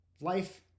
life